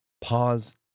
pause